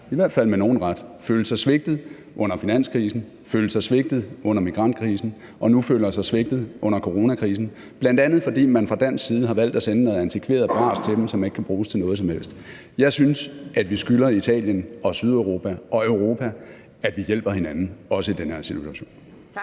i hvert fald med nogen ret – følte sig svigtet under finanskrisen, følte sig svigtet under migrantkrisen og nu føler sig svigtet under coronakrisen, bl.a. fordi man fra dansk side har valgt at sende noget antikveret bras til dem, som ikke kan bruges til noget som helst. Jeg synes, at vi skylder Italien og Sydeuropa og Europa, at vi hjælper hinanden, også i den her situation.